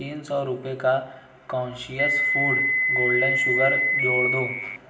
تین سو روپئے کا کانشیئس فوڈ گولڈن شوگر جوڑ دو